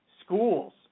schools